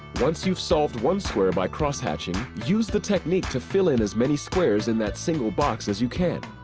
once you've solved one square by cross-hatching, use the technique to fill in as many squares in that single box as you can.